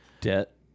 Debt